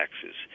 taxes